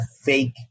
fake